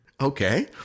Okay